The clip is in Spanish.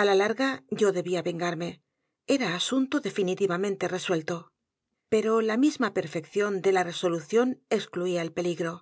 a la l a r g a yo debía v e n g a r m e era asunto definitivamente r e s u e l t o pero la misma perfección de la r e solución excluía el peligro